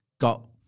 got